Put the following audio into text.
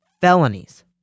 felonies